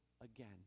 again